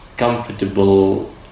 comfortable